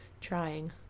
trying